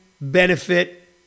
benefit